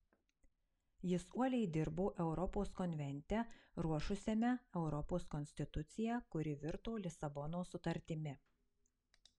jis uoliai dirbo europos konvente ruošusiame europos konstituciją kuri virto lisabonos sutartimi